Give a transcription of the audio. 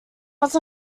was